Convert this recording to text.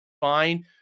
fine